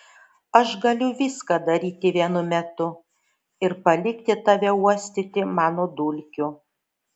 aš galiu viską daryti vienu metu ir palikti tave uostyti mano dulkių